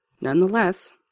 Nonetheless